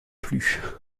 plus